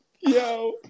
Yo